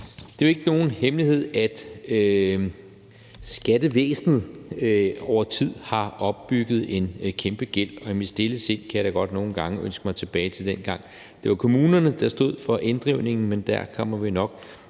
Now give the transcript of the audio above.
Det er jo ikke nogen hemmelighed, at der til skattevæsenet over tid er opbygget en kæmpe gæld, og i mit stille sind kan jeg da godt nogle gange ønske mig tilbage til dengang, da det var kommunerne, der stod for inddrivelsen, men det kommer vi nok